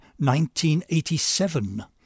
1987